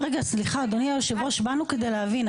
רגע סליחה אדוני יושב הראש, באנו כדי להבין.